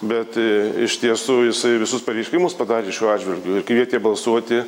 bet iš tiesų jisai visus pareiškimus padarė šiuo atžvilgiu ir kvietė balsuoti